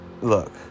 look